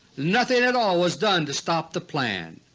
nothing at all was done to stop the plan.